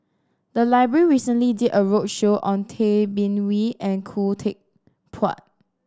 the library recently did a roadshow on Tay Bin Wee and Khoo Teck Puat